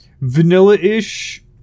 vanilla-ish